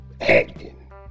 Acting